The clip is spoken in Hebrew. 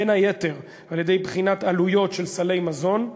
בין היתר על-ידי בחינת עלויות של סלי מזון,